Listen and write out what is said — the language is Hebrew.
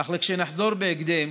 אך כשנחזור בהקדם